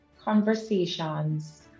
conversations